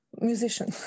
musician